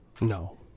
No